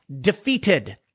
defeated